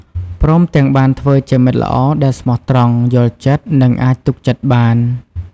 ព្រមទាំងបានធ្វើជាមិត្តល្អដែលស្មោះត្រង់ យល់ចិត្ត និងអាចទុកចិត្តបាន។